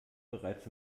bereits